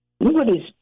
Nobody's